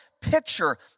picture